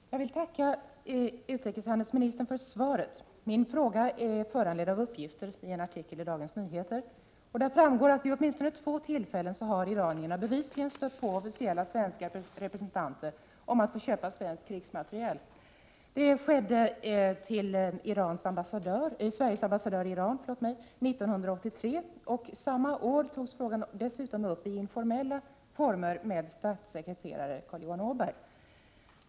Herr talman! Jag vill tacka utrikeshandelsministern för svaret. Min fråga är On ininskakontekter i föranledd av uppgifter i en artikel i Dagens Nyheter, och där framgår att vid åtminstone två tillfällen har iranierna bevisligen stött på officiella svenska representanter om att få köpa svensk krigsmateriel. Det skedde till Sveriges ambassad i Iran 1983, och samma år togs frågan dessutom upp i informella former med statssekreterare Carl Johan Åberg.